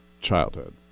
childhood